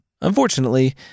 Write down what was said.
Unfortunately